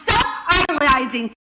self-idolizing